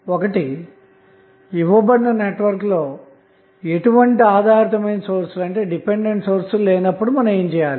ఒకటి ఇవ్వబడిన నెట్వర్క్ లో ఎటువంటి ఆధారితమైన సోర్స్లు లేనప్పుడు మనం ఏమి చేయాలి